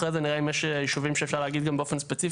אחר כך נראה אם יש יישובים שאפשר להגיד עליהם באופן ספציפי.